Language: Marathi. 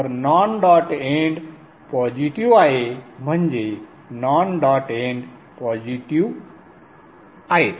तर नॉन डॉट एंड पॉझिटिव्ह आहे म्हणजे नॉन डॉट एंड पॉझिटिव्ह आहेत